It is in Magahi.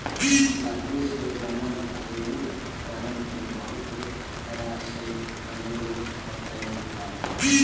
लकड़ी से बनल घरेलू उपकरण के बहुत तरह से प्रयोग होइत हइ